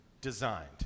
designed